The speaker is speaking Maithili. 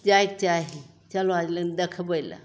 जाइके चाही चलऽ देखबै ले